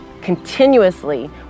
continuously